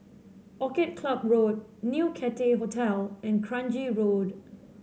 Orchid Club Road New Cathay Hotel and Kranji Road